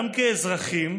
גם כאזרחים,